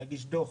להגיש דוח